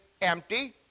empty